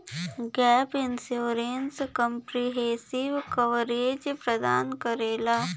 gap insurance comprehensive coverage प्रदान करला